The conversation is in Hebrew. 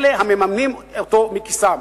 אלה המממנים אותו מכיסם.